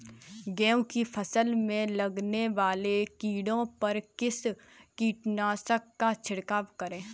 गेहूँ की फसल में लगने वाले कीड़े पर किस कीटनाशक का छिड़काव करें?